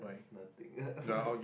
nothing